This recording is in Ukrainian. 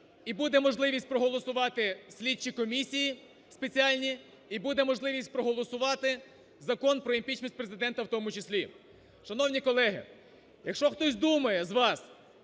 і буде можливість проголосувати слідчі комісії спеціальні, і буде можливість проголосувати Закон про імпічмент Президента в тому числі. Шановні колеги, якщо хтось думає з вас,